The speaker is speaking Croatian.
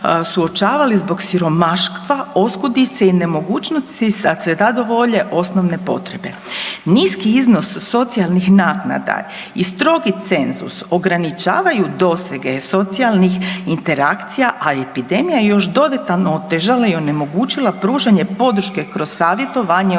suočavali zbog siromaštva, oskudice i nemogućnosti da zadovolje osnovne potrebe. Niski iznos socijalnih naknada i strogi cenzus ograničavaju dosege socijalnih interakcija, a epidemija je još dodatno otežala i onemogućila pružanje podrške kroz savjetovanje i osnaživanje.